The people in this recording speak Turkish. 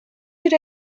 bir